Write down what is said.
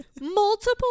multiple